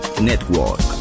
Network